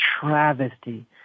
travesty